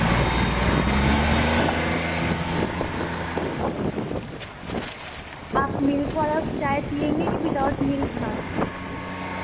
आप मिल्क वाला चाय पिएँगे की विदाउट मिल्क का